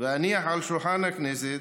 שאניח על שולחן הכנסת,